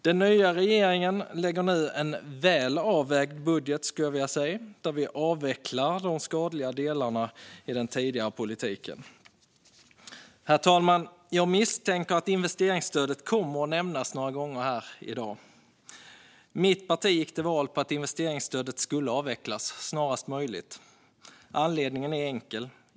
Den nya regeringen lägger nu fram en väl avvägd budget där vi avvecklar de skadliga delarna i den tidigare politiken. Herr talman! Jag misstänker att investeringsstödet kommer att nämnas några gånger i dag. Mitt parti gick till val på att investeringsstödet skulle avvecklas snarast möjligt. Anledningen är enkel.